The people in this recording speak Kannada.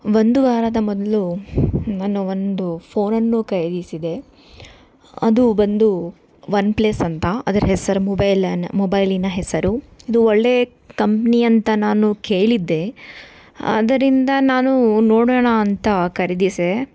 ಒಂದು ವಾರದ ಮೊದಲು ನಾನು ಒಂದು ಫೋನನ್ನು ಖರೀದಿಸಿದೆ ಅದು ಬಂದು ಒನ್ ಪ್ಲಸ್ ಅಂತ ಅದರ ಹೆಸರು ಮೊಬೈಲಿನ ಮೊಬೈಲಿನ ಹೆಸರು ಇದು ಒಳ್ಳೆಯ ಕಂಪ್ನಿಯಂತ ನಾನು ಕೇಳಿದ್ದೆ ಆದ್ದರಿಂದ ನಾನು ನೋಡೋಣ ಅಂತ ಖರೀದಿಸ್ದೆ